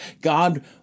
God